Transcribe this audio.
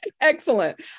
excellent